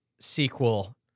sequel